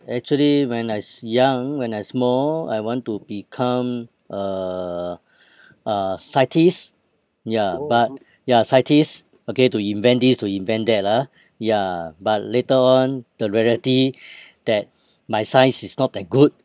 actually when I was young when I small I want to become uh uh scientist ya but ya scientist okay to invent this to invent that lah ya but later on the reality that my science is not that good